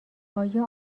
آیا